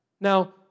now